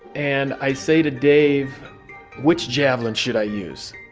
and i say to dave which javelin should i use?